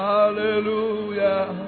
Hallelujah